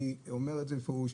אני אומר את זה בפירוש,